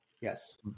Yes